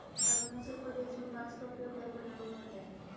अरुणाचल प्रदेश में बांस का उपयोग घर बनाने में होता है